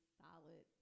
solid